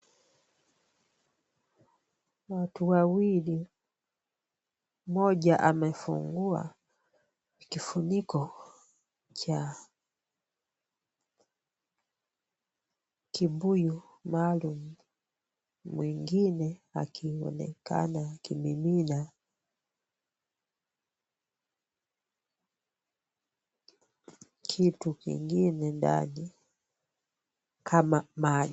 Watu wawili, mmoja amefungua kifuniko cha kibuyu maalum. Wengine akionekana kimemina kitu kingine ndani kama maji.